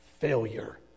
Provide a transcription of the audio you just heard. failure